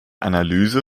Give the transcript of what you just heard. analyse